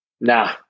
Nah